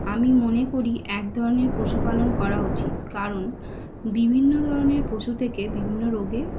আমি মনে করি এক ধরনের পশু পালন করা উচিত কারণ বিভিন্ন ধরনের পশু থেকে বিভিন্ন রোগ